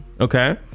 okay